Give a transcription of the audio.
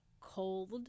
cold